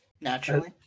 naturally